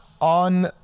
on